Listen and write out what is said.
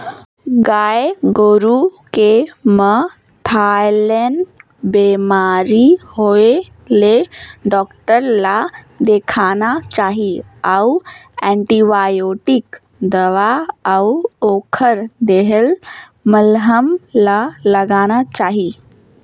गाय गोरु के म थनैल बेमारी होय ले डॉक्टर ल देखाना चाही अउ एंटीबायोटिक दवा अउ ओखर देहल मलहम ल लगाना चाही